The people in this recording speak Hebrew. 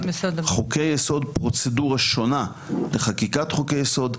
חוקי יסוד - פרוצדורה שונה לחקיקת חוקי יסוד,